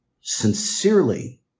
sincerely